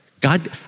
God